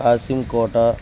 Hasimkota